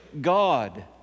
God